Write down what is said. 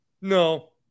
No